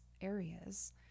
areas